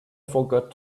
forgot